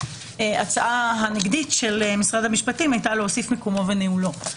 ההצעה הנגדית של משרד המשפטית הייתה להוסיף מקומו וניהולו.